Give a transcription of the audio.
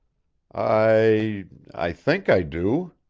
i i think i do,